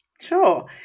Sure